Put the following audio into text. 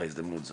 בהזדמנות זו,